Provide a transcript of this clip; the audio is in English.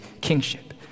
kingship